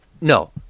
No